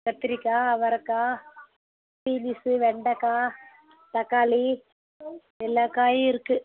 கத்தரிக்கா அவரக்காய் பீன்ஸு வெண்டக்காய் தக்காளி எல்லாக்காயும் இருக்குது